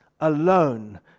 alone